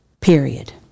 period